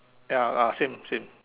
ya lah same same